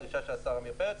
דרישה של השר עמיר פרץ,